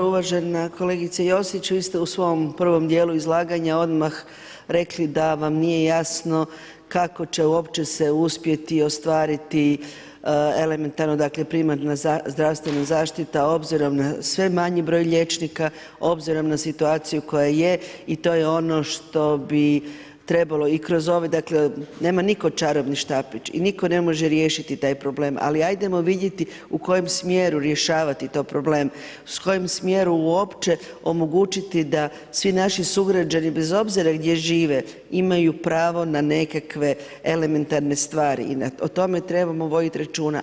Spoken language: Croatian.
Uvažena kolegice Josić vi ste u svom prvom djelu izlaganja odmah rekli da vam nije jasno kako će uopće se uspjeti ostvariti elementarno primarna zdravstvena zaštita obzirom na sve manji broj liječnika, obzirom na situaciju koja je i to je ono što bi trebalo i kroz ove, dakle nema nitko čarobni štapić i nitko ne može riješiti taj problem, ali ajdemo vidjeti u kojem smjeru rješavati taj problem, s kojim smjerom omogućiti da svi naši sugrađani, bez obzira gdje žive, imaju pravo na nekakve elementarne stvari i o tome trebamo vodit računa.